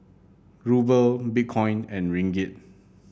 Ruble Bitcoin and Ringgit